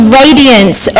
radiance